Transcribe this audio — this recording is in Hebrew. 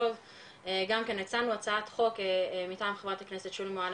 טוב גם כן הצענו הצעת חוק מטעם חברת הכנסת שולי מועלם,